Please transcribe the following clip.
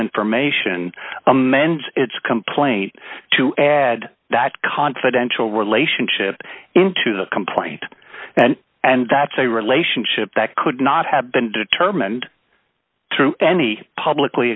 information amends its complaint to add that confidential relationship into the complaint and and that's a relationship that could not have been determined through any publicly